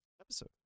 episode